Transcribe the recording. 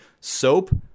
soap